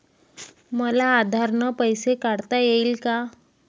मले आधार न पैसे काढता येईन का?